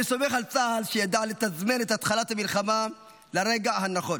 אני סומך על צה"ל שידע לתזמן את התחלת המלחמה לרגע הנכון,